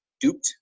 duped